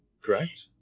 correct